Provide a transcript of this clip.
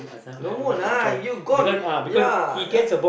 no mood lah you got ya ya ya